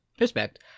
Respect